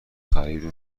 خریدن